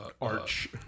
arch